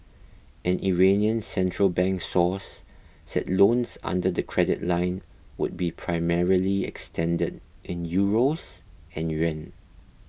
an Iranian central bank source said loans under the credit line would be primarily extended in Euros and yuan